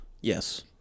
Yes